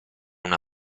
una